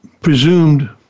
presumed